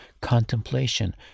contemplation